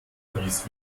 wies